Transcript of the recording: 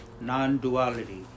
non-duality